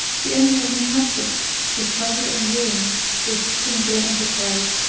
the envy of an accomplice discovered and ruined this singular enterprise,